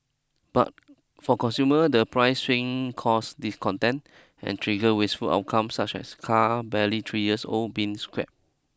but for consumers the price swings cause discontent and trigger wasteful outcomes such as cars barely three years old being scrapped